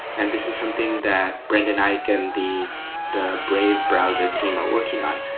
and this is something that brenden ike and the the brave browser team are working on.